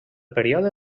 període